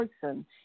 person